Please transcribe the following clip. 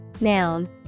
noun